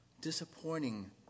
disappointing